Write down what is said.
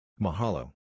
Mahalo